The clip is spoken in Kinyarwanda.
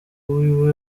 wiwe